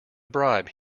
bribe